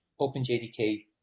OpenJDK